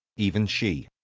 even she.